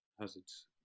hazards